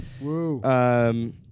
Woo